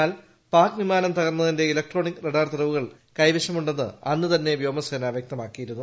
എന്നാൽ പാക് വിമാനം തകർന്നതിന്റെ ഇലക്ട്രോണിക് റഡാർ തെളിവുകൾ കൈവശമുണ്ടെന്ന് അന്നുതന്നെ വ്യോമസേന വൃക്തമാക്കിയിരുന്നു